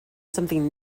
something